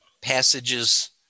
passages